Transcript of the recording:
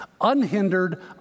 Unhindered